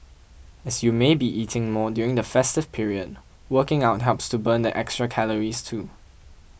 as you may be eating more during the festive period working out helps to burn the extra calories too